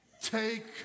take